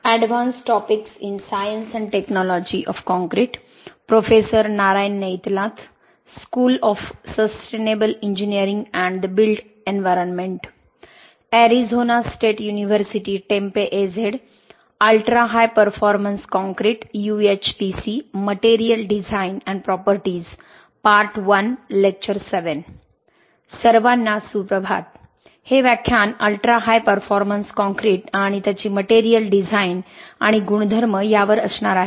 सर्वांना सुप्रभात हे व्याख्यान अल्ट्रा हाय परफॉर्मन्स काँक्रीट आणि त्याची मटेरियल डिझाइन आणि गुणधर्म यावर असणार आहे